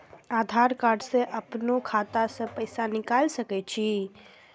आधार कार्ड से अपनो खाता से पैसा निकाल सके छी?